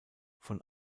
von